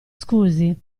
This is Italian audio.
scusi